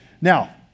Now